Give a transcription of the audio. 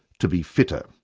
to be fitter,